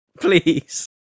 Please